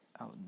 out